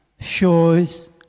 shows